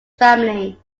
family